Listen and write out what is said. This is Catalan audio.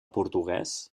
portuguès